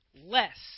less